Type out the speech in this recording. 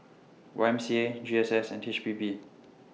Y M C A G S S and H P B